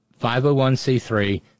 501c3